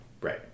Right